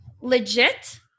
legit